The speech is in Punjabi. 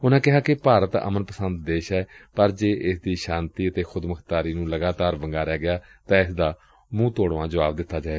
ਉਨੂਾ ਕਿਹਾ ਕਿ ਭਾਰਤ ਅਮਨ ਪਸੰਦ ਦੇਸ਼ ਏ ਪਰ ਜੇ ਇਸ ਦੀ ਸਾਂਤੀ ਅਤੇ ਖੁਦਮੁਖ਼ਤਾਰੀ ਨੂੰ ਲਗਾਤਾਰ ਵੰਗਾਰਿਆ ਗਿਆ ਤਾਂ ਇਹ ਮੂੰਹ ਤੋੜਵਾਂ ਜੁਆਬ ਦੇਣ ਲਈ ਤਿਆਰ ਏ